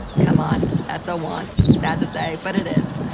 come on, that's a want. sad to say, but it is.